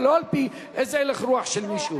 ולא על-פי הלך רוח של מישהו.